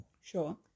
Sure